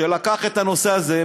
שלקח את הנושא הזה,